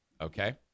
Okay